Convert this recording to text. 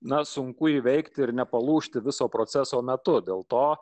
na sunku įveikti ir nepalūžti viso proceso metu dėl to